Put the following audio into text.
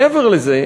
מעבר לזה,